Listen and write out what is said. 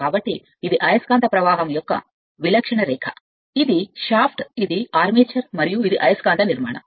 కాబట్టి ఇది అయస్కాంత ప్రవాహం యొక్క విలక్షణ రేఖ ఇది షాఫ్ట్ ఇది ఆర్మేచర్ మరియు ఇది అయస్కాంత నిర్మాణం